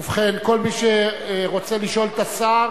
ובכן, כל מי שרוצה לשאול את השר,